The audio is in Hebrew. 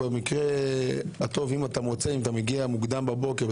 אם אתה מגיע מוקדם בבוקר,